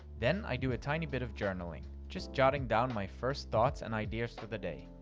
then i do a tiny bit of journaling, just jotting down my first thoughts and ideas for the day.